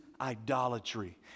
idolatry